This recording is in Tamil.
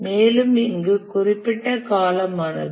மேலும் இங்கு குறிப்பிடப்பட்ட காலமானது